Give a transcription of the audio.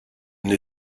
n’ai